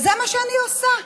וזה מה שאני עושה,